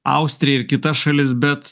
austriją ir kitas šalis bet